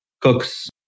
cooks